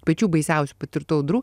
pačių baisiausių patirtų audrų